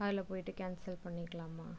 அதில் போய்விட்டு கேன்சல் பண்ணிக்கலாமா